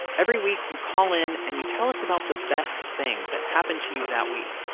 every week, you call in and you tell us about the best thing that happened to you that week.